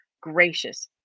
gracious